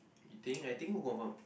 you think I think who confirm